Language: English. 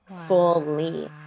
fully